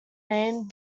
named